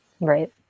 right